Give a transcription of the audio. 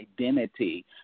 identity